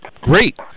great